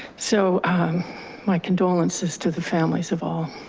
so my condolences to the families of all.